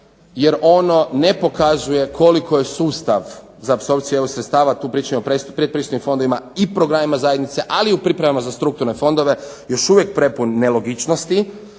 jer ono ne pokazuje koliko je sustav za aposrpciju EU sredstava tu pričam o predpristupnim fondovima i programima zajednice, ali i u pripremama za strukturne fondove još uvijek prepun nelogičnosti,